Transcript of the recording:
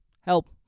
Help